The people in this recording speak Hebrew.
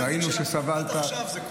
ראינו שסבלת.